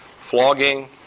Flogging